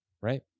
right